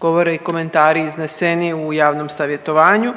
govore i komentari izneseni u javnom savjetovanju